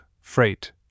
freight